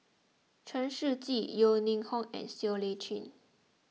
Chen Shiji Yeo Ning Hong and Siow Lee Chin